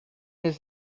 his